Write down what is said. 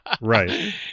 Right